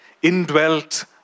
indwelt